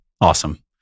awesome